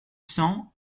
cents